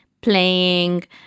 playing